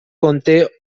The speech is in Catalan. conté